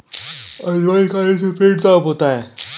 अजवाइन खाने से पेट साफ़ होता है